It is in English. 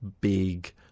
big